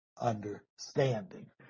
understanding